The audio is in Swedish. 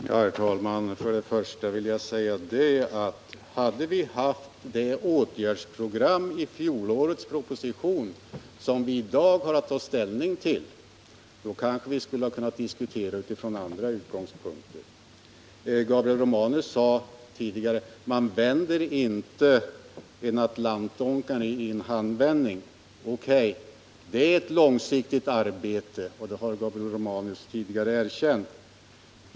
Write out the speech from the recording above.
Herr talman! Jag vill först säga att vi, om vi i fjolårets proposition hade haft det åtgärdsprogram som vi i dag har att ta ställning till, kanske skulle ha kunnat diskutera från andra utgångspunkter. Gabriel Romanus sade tidigare att man inte vänder en atlantångare i en handvändning. O.K., det gäller ett långsiktigt arbete, och det har Gabriel Romanus också tidigare erkänt.